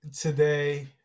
Today